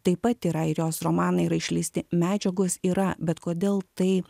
taip pat yra ir jos romanai yra išleisti medžiagos yra bet kodėl tai